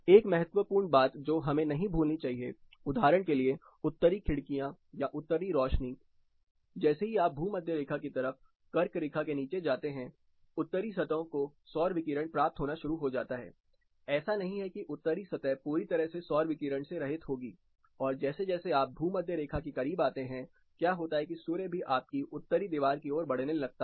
एक महत्वपूर्ण बात जो हमें नहीं भूलनी चाहिए उदाहरण के लिए उत्तरी खिड़कियां या उत्तरी रोशनी जैसे ही आप भूमध्य रेखा की तरफ कर्क रेखा के नीचे जाते हैं उत्तरी सतहों को सौर विकिरण प्राप्त होना शुरू हो जाता है ऐसा नहीं है कि उत्तरी सतह पूरी तरह से सौर विकिरण से रहित होती हैं और जैसे जैसे आप भूमध्य रेखा के करीब आते हैं क्या होता है कि सूर्य भी आपकी उत्तरी दीवार की ओर बढ़ने लगता है